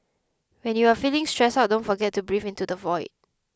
when you are feeling stressed out don't forget to breathe into the void